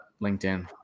LinkedIn